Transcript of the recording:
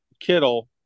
Kittle